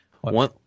One